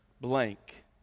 blank